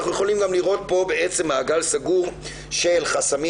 אנחנו יכולים לראות פה מעגל סגור של חסמים